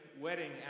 wedding